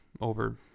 over